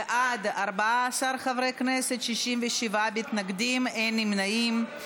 בעד, 14 חברי כנסת, 67 מתנגדים, אין נמנעים.